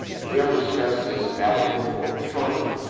and we'll discuss this baluster form shortly,